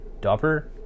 dopper